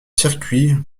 circuit